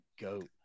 goat